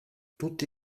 tutti